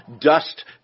dust